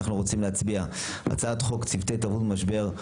אנחנו רוצים להצביע על הצעת חוק צוותי התערבות במשבר,